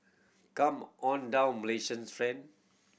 come on down Malaysians friend